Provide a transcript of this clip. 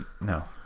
No